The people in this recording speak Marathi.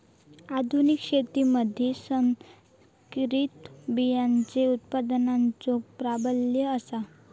आधुनिक शेतीमधि संकरित बियाणांचो उत्पादनाचो प्राबल्य आसा